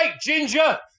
ginger